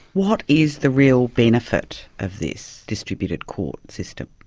what is the real benefit of this distributed court system?